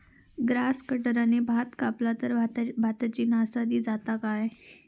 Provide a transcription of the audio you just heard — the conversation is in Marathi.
ग्रास कटराने भात कपला तर भाताची नाशादी जाता काय?